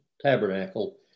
tabernacle